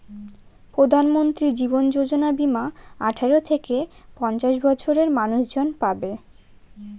প্রধানমন্ত্রী জীবন যোজনা বীমা আঠারো থেকে পঞ্চাশ বছরের মানুষজন পাবে